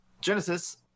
Genesis